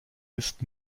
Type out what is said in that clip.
ist